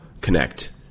connect